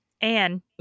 Anne